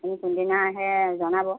আপুনি কোনদিনা আহে জনাব